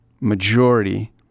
majority